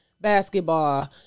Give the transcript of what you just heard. basketball